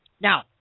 Now